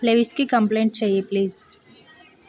లెవిస్కి complaint చెయ్యి please